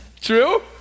True